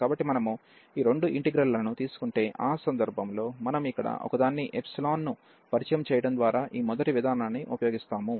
కాబట్టి మనము ఈ రెండు ఇంటిగ్రల్ లను తీసుకుంటే ఆ సందర్భంలో మనం ఇక్కడ ఒకదాన్ని ను పరిచయం చేయడం ద్వారా ఈ మొదటి విధానాన్ని ఉపయోగిస్తాము